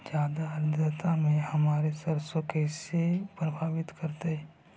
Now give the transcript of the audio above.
जादा आद्रता में हमर सरसोईय के कैसे प्रभावित करतई?